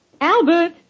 Albert